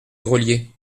grelier